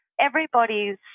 Everybody's